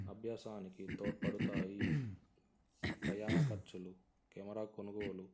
అభ్యాసానికి తోడ్పడతాయి ప్రయాణ ఖర్చులు కెమెరా కొనుగోలు